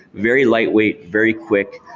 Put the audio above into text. very lightweight, very quick,